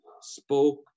spoke